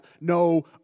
no